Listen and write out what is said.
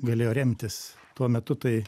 galėjo remtis tuo metu tai